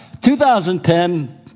2010